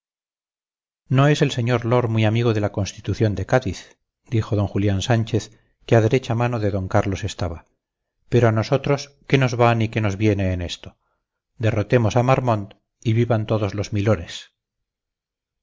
no es el señor lord muy amigo de la constitución de cádiz dijo d julián sánchez que a derecha mano de d carlos estaba pero a nosotros qué nos va ni qué nos viene en esto derrotemos a marmont y vivan todos los milores